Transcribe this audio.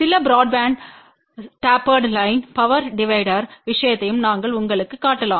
சில broadband tapered line power divider விஷயத்தையும் நாங்கள் உங்களுக்குக் காட்டலாம்